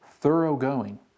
thoroughgoing